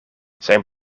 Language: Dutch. zijn